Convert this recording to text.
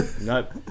Nope